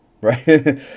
right